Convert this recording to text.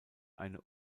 eine